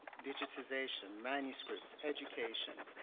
digitization, manuscripts, education?